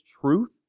truth